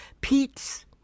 Pete's